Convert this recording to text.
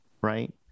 right